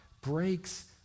breaks